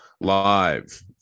live